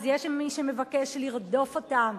אז יש מי שמבקש לרדוף אותם